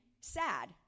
sad